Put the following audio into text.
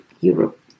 Europe